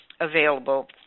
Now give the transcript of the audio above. available